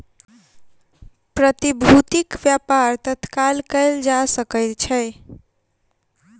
प्रतिभूतिक व्यापार तत्काल कएल जा सकै छै